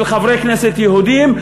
של חברי כנסת יהודים,